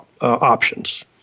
options